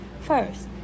First